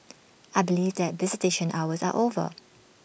I believe that visitation hours are over